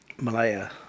Malaya